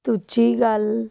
ਦੂਜੀ ਗੱਲ